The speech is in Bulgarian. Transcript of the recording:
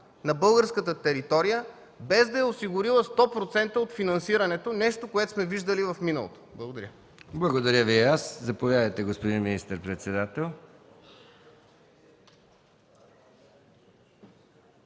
на българската територия, без да е осигурила 100% от финансирането – нещо, което сме виждали в миналото? Благодаря. ПРЕСЕДАТЕЛ МИХАИЛ МИКОВ: Благодаря Ви и аз. Заповядайте, господин министър-председател.